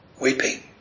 weeping